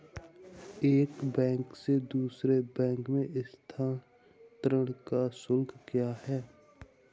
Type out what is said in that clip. एक बैंक से दूसरे बैंक में स्थानांतरण का शुल्क क्या है?